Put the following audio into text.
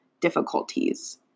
difficulties